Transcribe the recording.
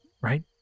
right